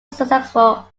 successful